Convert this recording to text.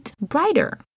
brighter